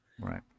right